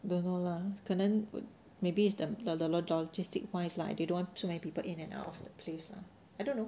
don't know lah 可能 would maybe it's the logistic wise lah they don't want so many people in and out of the place lah I don't know